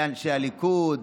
לאנשי הליכוד,